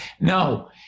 No